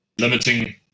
limiting